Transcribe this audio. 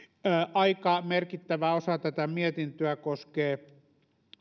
aika merkittävä osa tätä mietintöä koskee